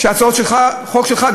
שהצעות חוק שלך,